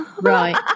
right